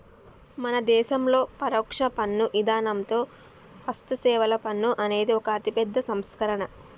మన దేసంలోని పరొక్ష పన్ను ఇధానంతో వస్తుసేవల పన్ను అనేది ఒక అతిపెద్ద సంస్కరణ